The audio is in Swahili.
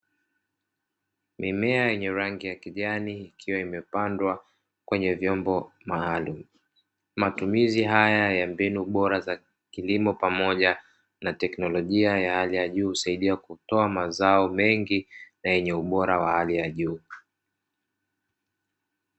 Mimea ya rangi ya kijani ikiwa imepandwa kwenye vyombo maalumu, matumizi haya ya mbinu bora za kilimo pamoja na teknolojia ya hali ya juu husaidia kutoa mazao mengi, na yenye ubora wa hali ya juu.